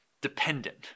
dependent